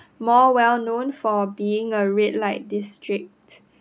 more well known for being a red light district